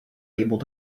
able